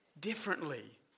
differently